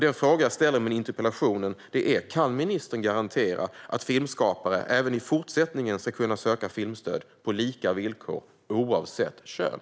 Den fråga jag ställde i min interpellation var: Kan ministern garantera att filmskapare även i fortsättningen ska kunna söka filmstöd på lika villkor, oavsett kön?